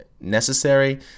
necessary